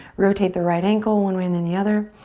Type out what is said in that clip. rotate the right ankle one way and then the other.